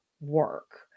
work